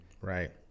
Right